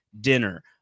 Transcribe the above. dinner